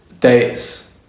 dates